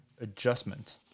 adjustment